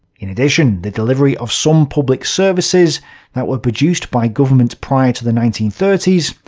in addition, the delivery of some public services that were produced by government prior to the nineteen thirty s,